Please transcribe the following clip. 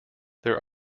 there